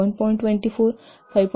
1